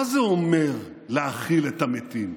מה זה אומר להכיל את המתים?